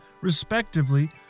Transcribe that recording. respectively